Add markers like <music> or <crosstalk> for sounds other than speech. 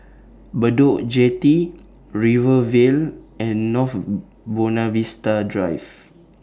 Bedok Jetty Rivervale and North <hesitation> Buona Vista Drive